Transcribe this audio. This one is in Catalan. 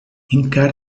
encara